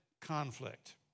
conflict